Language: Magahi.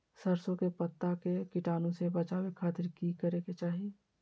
सरसों के पत्ता के कीटाणु से बचावे खातिर की करे के चाही?